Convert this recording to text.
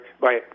Bye